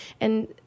and-